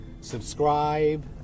subscribe